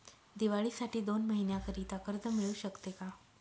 दिवाळीसाठी दोन महिन्याकरिता कर्ज मिळू शकते का?